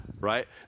Right